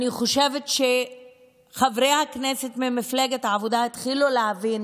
אני חושבת שחברי הכנסת ממפלגת העבודה התחילו להבין